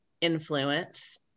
influence